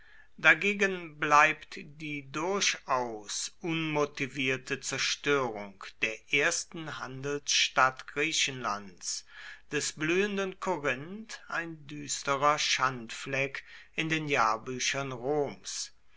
dagegen bleibt die durchaus unmotivierte zerstörung der ersten handelsstadt griechenlands des blühenden korinth ein düsterer schandfleck in den jahrbüchern roms